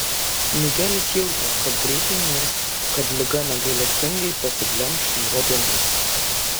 migelis jautė kad greitai mirs kad liga negailestingai pasiglemš jo dienas